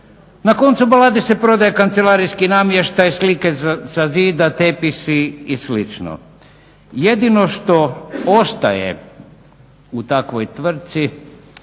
na koncu balade se prodaje kancelarijski namještaj, slike sa zida, tepisi i slično. Jedino što ostaje u takvoj tvrtci